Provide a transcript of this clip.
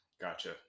Gotcha